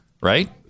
right